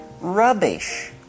rubbish